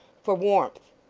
for warmth.